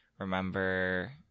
remember